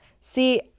see